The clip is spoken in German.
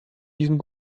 diesen